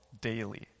daily